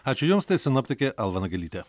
ačiū jums tai sinoptikė alma nagelytė